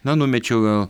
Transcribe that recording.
na numečiau gal